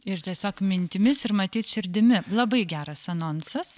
ir tiesiog mintimis ir matyt širdimi labai geras anonsas